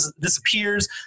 disappears